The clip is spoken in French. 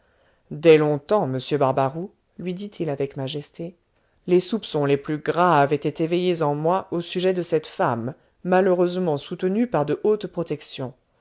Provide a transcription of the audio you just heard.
dès longtemps monsieur barbaroux lui dit-il avec majesté les soupçons les plus graves étaient éveillés en moi au sujet de cette femme malheureusement soutenue par de hautes protections